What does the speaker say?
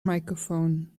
microphone